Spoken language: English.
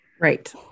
Right